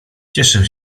cieszę